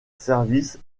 service